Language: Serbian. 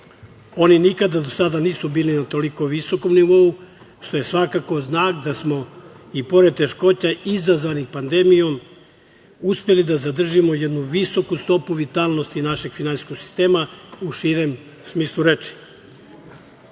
Oni nikada do sada nisu bili na toliko visokom nivou, što je svakako znak da smo i pored teškoća izazvanih pandemijom, uspeli da zadržimo jednu visoku stopu vitalnosti našeg finansijskog sistema u širem smislu reči.